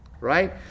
right